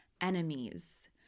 enemies